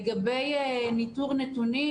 לגבי ניתור נתונים,